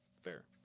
Fair